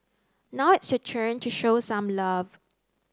now it's your turn to show some love